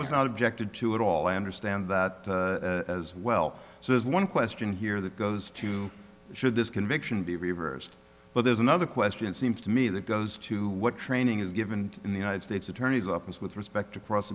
was not objected to at all i understand that as well so there's one question here that goes to should this conviction be reversed but there's another question seems to me that goes to what training is given in the united states attorney's office with